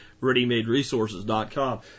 ReadyMadeResources.com